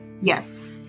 Yes